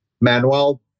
Manuel